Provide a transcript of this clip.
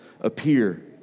appear